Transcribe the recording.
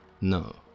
No